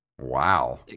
Wow